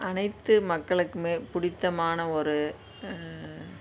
அனைத்து மக்களுக்குமே பிடித்தமான ஒரு